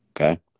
Okay